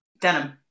denim